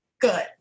good